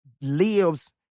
lives